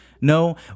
No